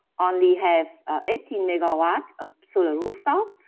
only have eighteen megawatts of solar rooftop.